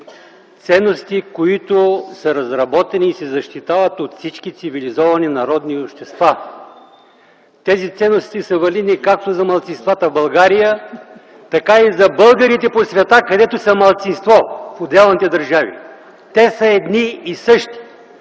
Ценности, които са разработени и се защитават от всички цивилизовани народи и общества. Тези ценности са валидни както за малцинствата в България, така и за българите по света, където са малцинство в отделните държави! Те са едни и същи!